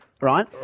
Right